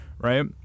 Right